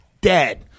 dead